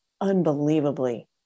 unbelievably